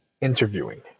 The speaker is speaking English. interviewing